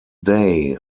day